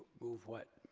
move what?